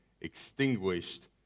extinguished